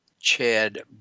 Chad